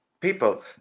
people